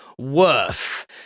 worth